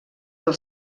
del